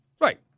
Right